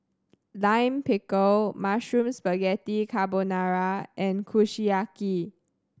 Lime Pickle Mushroom Spaghetti Carbonara and Kushiyaki